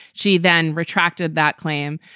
she then retracted that claim.